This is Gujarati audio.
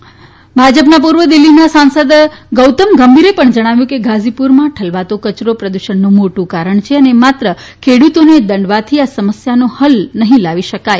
ભારતીય જનતા પક્ષના પુર્વ દિલ્હીના સાંસદ ગૌતમ ગંભીરે પણ જણાવ્યું હતું કે ગાઝીપુરમાં ઠલવાતો કચરો પ્રદુષણનું મોટુ કારણ છે અને માત્ર ખેડુતોને દંડવાથી આ સમસ્યાનો હલ નહી લાવી શકાય